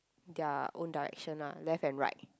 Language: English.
their own direction lah left and right